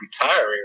retiring